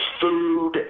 food